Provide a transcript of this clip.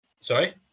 Sorry